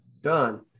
Done